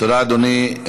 תודה, אדוני.